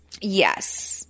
Yes